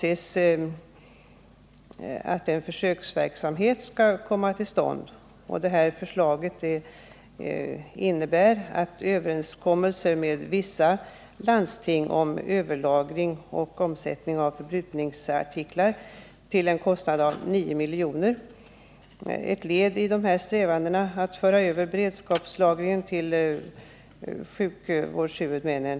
En försöksverksamhet avses komma till stånd, innebärande överenskommelse med vissa landsting om överlagring och omsättning av förbrukningsartiklar till en kostnad av 9 milj.kr. Det är ett led i strävandena att föra över beredskapslagringen till sjukvårdshuvudmännen.